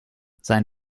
sein